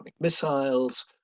missiles